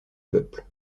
peuple